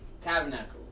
Tabernacle